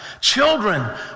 Children